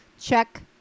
Check